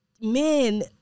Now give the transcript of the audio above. men